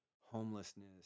homelessness